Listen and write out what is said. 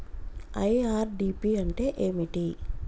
IRDP అంటే ఏమిటి?